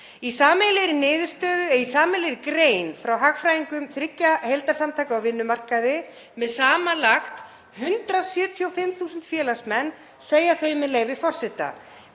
í sameiginlegri grein frá hagfræðingum þriggja heildarsamtaka á vinnumarkaði með samanlagt 175.000 félagsmenn, segja þeir, með leyfi forseta: